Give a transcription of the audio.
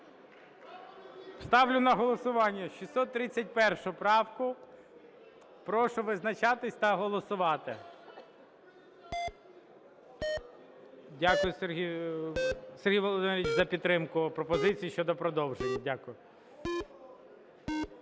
Ставлю на голосування 631 правка Прошу визначатися та голосувати. Дякую, Сергій Володимирович, за підтримку пропозиції щодо продовження. Дякую.